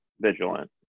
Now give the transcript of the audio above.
vigilant